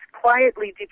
quietly